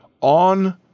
On